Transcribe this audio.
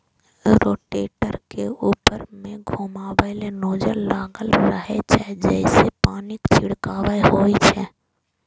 rotator के ऊपर मे घुमैबला नोजल लागल रहै छै, जइसे पानिक छिड़काव होइ छै